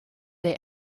der